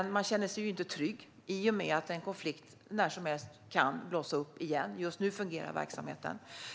Men man känner sig inte trygg i och med att konflikten när som helst kan blossa upp igen.